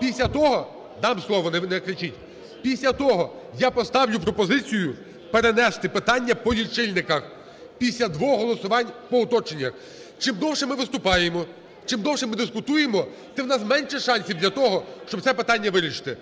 Після того я поставлю пропозицію перенести питання по лічильниках, після двох голосувань по уточненнях. Чим довше ми виступаємо, чим довше ми дискутуємо, тим у нас менше шансів для того, щоб це питання вирішити.